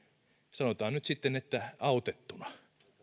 sanotaan nyt sitten että autettuna